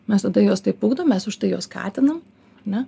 mes tada jos taip ugdomės užtai jos skatinam ne